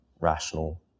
rational